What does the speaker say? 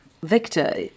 Victor